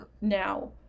now